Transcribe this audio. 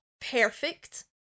perfect